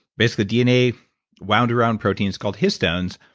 basically dna wound around proteins called histones,